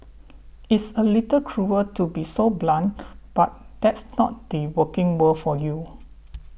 it's a little cruel to be so blunt but that's not the working world for you